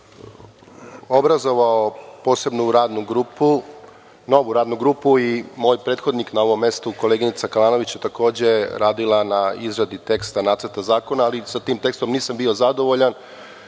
obrazovao posebnu Radnu grupu i moj prethodnik na ovom mestu, koleginica Kalanović je takođe radila na izradi teksta nacrta zakona, ali sa tim tekstom nisam bio zadovoljan,